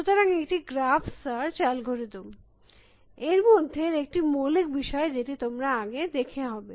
সুতরাং এটি graph search algorithm এর মধ্যের একটি মৌলিক বিষয় যেটি তোমরা আগে দেখে হবে